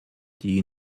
die